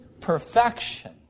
perfection